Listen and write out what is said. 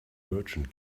merchant